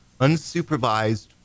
unsupervised